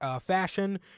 fashion